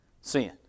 sin